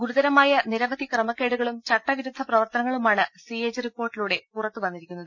ഗുരുതരമായ നിരവധി ക്രമക്കേടുകളും ചട്ടവിരുദ്ധ പ്രവർത്തനങ്ങളുമാണ് സിഎജി റിപ്പോർട്ടിലൂടെ പുറത്തു വന്നിരിക്കുന്നത്